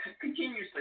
continuously